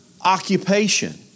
occupation